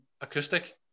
acoustic